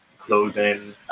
clothing